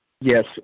yes